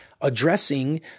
addressing